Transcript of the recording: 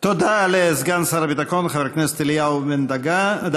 תודה לסגן שר הביטחון, חבר הכנסת אליהו בן-דהן.